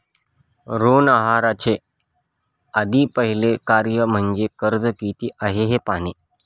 ऋण आहाराचे अगदी पहिले कार्य म्हणजे कर्ज किती आहे हे पाहणे